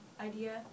idea